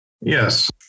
yes